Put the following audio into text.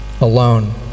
alone